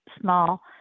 small